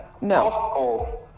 No